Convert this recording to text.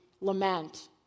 lament